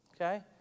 Okay